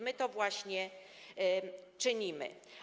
My to właśnie czynimy.